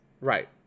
right